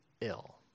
ill